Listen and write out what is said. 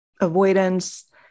avoidance